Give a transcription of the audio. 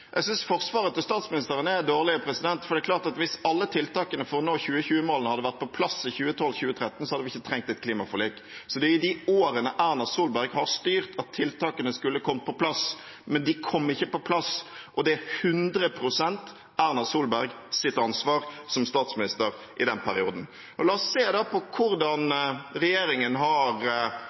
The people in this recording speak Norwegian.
Jeg synes forsvaret til statsministeren er dårlig, for det er klart at hvis alle tiltakene for å nå 2020-målene hadde vært på plass i 2012–2013, hadde vi ikke trengt et klimaforlik. Det er i de årene Erna Solberg har styrt, at tiltakene skulle ha kommet på plass. Men de kom ikke på plass, og det er 100 pst. Erna Solbergs ansvar som statsminister i den perioden. La oss se på hvordan regjeringen har